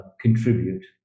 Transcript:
contribute